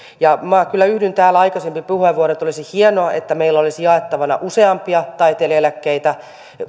minä kyllä yhdyn täällä aikaisempiin puheenvuoroihin että olisi hienoa että meillä olisi jaettavana useampia taiteilijaeläkkeitä